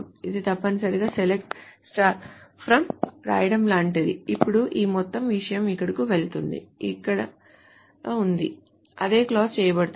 ఇది తప్పనిసరిగా select from వ్రాయడం లాంటిది అప్పుడు ఈ మొత్తం విషయం ఇక్కడకు వెళ్తుంది ఇది ఇక్కడ ఉంది అదే క్లాజ్ చేయబడుతుంది